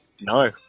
no